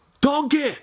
donkey